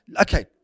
okay